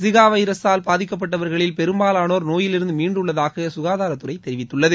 Zika வைரசால் பாதிக்கப்பட்டவர்களில் பெரும்பாலானோர் நோயிலிருந்து மீண்டுள்ளதாக சுகாதாரத்துறை தெரிவித்துள்ளது